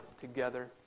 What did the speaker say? together